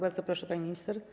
Bardzo proszę, pani minister.